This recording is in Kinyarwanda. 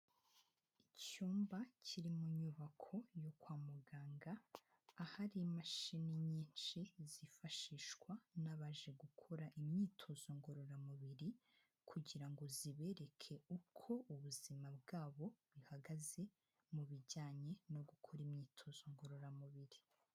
Icyumba kiri mu nyubako yo kwa muganga, ahari imashini nyinshi zifashishwa n'abaje gukora imyitozo ngororamubiri kugira ngo zibereke uko ubuzima bwabo bihagaze mu bijyanye no gukora imyitozo ngororamubiri.